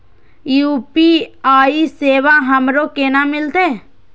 UPI सेवा हमरो केना मिलते?